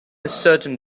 ascertain